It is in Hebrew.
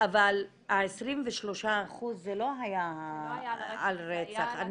אבל ה-23% זה לא היה על רצח.